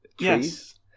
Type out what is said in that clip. Yes